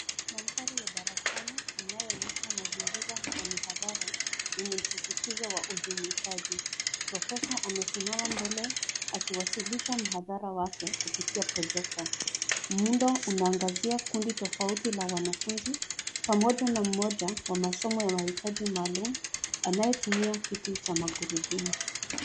Mandhari ya darasani yanayoonyesha mazingira ya mihadhara yenye msisitizo wa ujumuishaji. Profesa amesimama mbele akiwasilisha mhadhara wake kupitia projekta. Muundo unaangazia kundi tofauti la wanafunzi pamoja na mmoja wa masomo ya mahitaji maalum anayetumia kiti cha magurudumu.